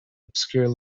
obscure